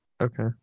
Okay